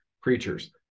creatures